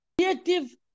creative